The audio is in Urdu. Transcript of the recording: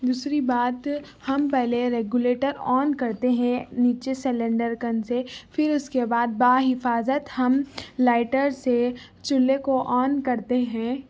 دوسری بات ہم پہلے ریگولیٹر آن کرتے ہیں نیچے سلینڈر کن سے پھر اس کے بعد باحفاظت ہم لائٹر سے چولہے کو آن کرتے ہیں